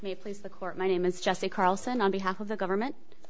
may please the court my name is jesse carlson on behalf of the government